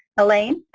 elaine